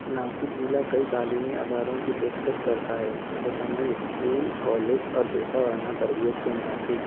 ناسک ضلع کئی تعلیمی اداروں کی پیشکش کرتا ہے بشمول اسکول کالج اور پیشہ ورانہ تربیت کے مراکز